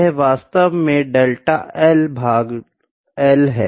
यह वास्तव में डेल्टा L भाग L है